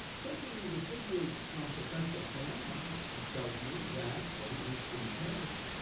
taking the figures from professor palaima, he tells me that, or at least in the past,